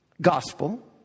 gospel